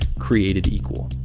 created equal.